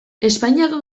espainiako